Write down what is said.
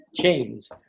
Chains